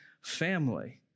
family